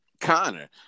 Connor